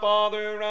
Father